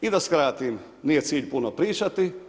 I da skratim, nije cilj puno pričati.